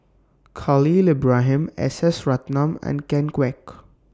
Khalil Ibrahim S S Ratnam and Ken Kwek